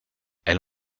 elle